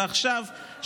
ועכשיו,